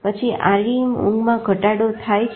પછી REM ઊંઘમાં ઘટાડો થાય છે